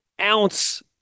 ounce